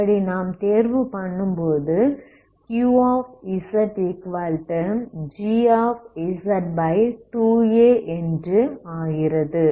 இப்படிநாம் தேர்வு பண்ணும்போது qzgz2α என்று ஆகிறது